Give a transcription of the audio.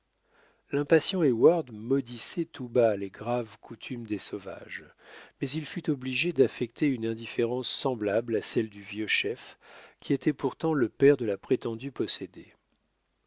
sortir l'impatient heyward maudissait tout bas les graves coutumes des sauvages mais il fut obligé d'affecter une indifférence semblable à celle du vieux chef qui était pourtant le père de la prétendue possédée